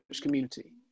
community